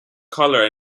colour